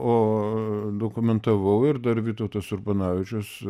o dokumentavau ir dar vytautas urbanavičius